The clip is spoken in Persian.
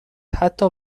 حتی